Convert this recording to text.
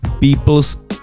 People's